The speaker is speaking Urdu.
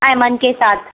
ایمن کے ساتھ